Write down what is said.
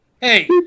Hey